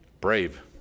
brave